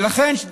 ולכן,